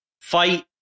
fight